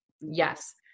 Yes